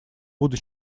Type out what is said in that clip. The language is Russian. буду